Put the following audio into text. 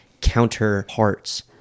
counterparts